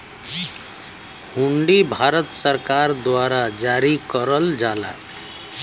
हुंडी भारत सरकार द्वारा जारी करल जाला